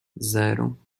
zero